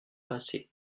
passé